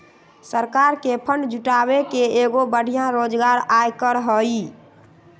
सरकार के फंड जुटावे के एगो बढ़िया जोगार आयकर हई